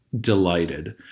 delighted